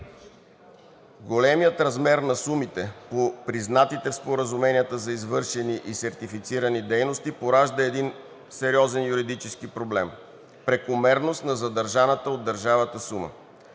Големият размер на сумите по признатите в споразуменията за извършени и сертифицирани дейности поражда един сериозен юридически проблем – прекомерност на задържаната от държавата сума,